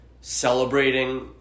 Celebrating